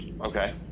Okay